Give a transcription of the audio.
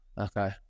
Okay